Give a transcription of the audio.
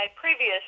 previous